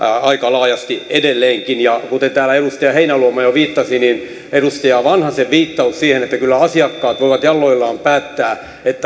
aika laajasti edelleenkin kuten täällä edustaja heinäluoma jo viittasi edustaja vanhasen viittaukseen siihen että kyllä asiakkaat voivat jaloillaan päättää